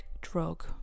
drug